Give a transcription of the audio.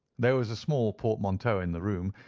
there was a small portmanteau in the room,